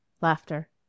Laughter